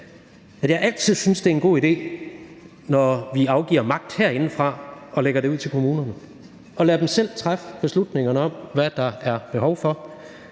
synes, det er en god idé, når vi afgiver magt herindefra og lægger det ud til kommunerne og lader dem selv træffe beslutningerne om, hvad der er behov for,